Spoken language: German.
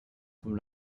vom